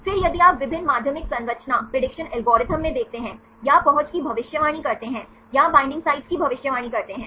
फिर यदि आप विभिन्न माध्यमिक संरचना प्रेडिक्शन एल्गोरिदम में देखते हैं या पहुंच की भविष्यवाणी करते हैं या बॉन्डिंग साइटों की भविष्यवाणी करते हैं